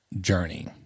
journey